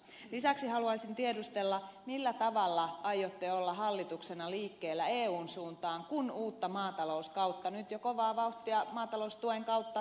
lisäksi haluaisin tiedustella millä tavalla aiotte olla hallituksena liikkeellä eun suuntaan kun uutta maataloustuen kautta nyt jo kovaa vauhtia valmis tellaan